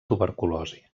tuberculosi